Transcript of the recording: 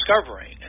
discovering